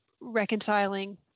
reconciling